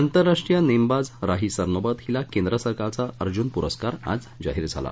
आंतरराष्ट्रीय नेमबाज राही सरनोबत हिला केंद्र सरकारचा अर्जुन पुरस्कार आज जाहिर झाला